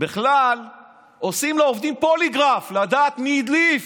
הם בכלל עושים לעובדים פוליגרף לדעת מי הדליף.